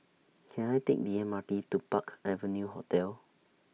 Can I Take The M R T to Park Avenue Hotel